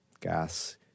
Gas